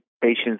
patients